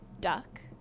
Duck